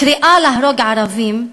קריאה להרוג ערבים,